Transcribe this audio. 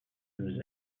nous